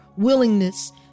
Willingness